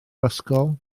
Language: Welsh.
ysgol